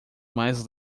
mais